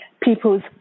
people's